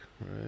Right